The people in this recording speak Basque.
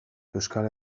euskal